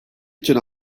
için